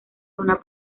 zona